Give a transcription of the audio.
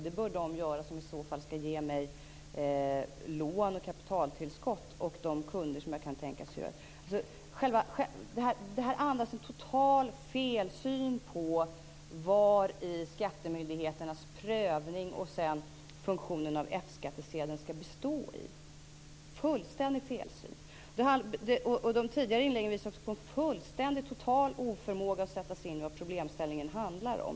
Det bör de göra som i så fall skall ge mig lån och kapitaltillskott samt eventuella kunder. Det här andas en total felsyn på vad skattemyndigheternas prövning och F skattsedelns funktion skall bestå i - en fullständig felsyn! De tidigare inläggen visar också på en fullständig och total oförmåga att sätta sig in i vad problemställningen handlar om.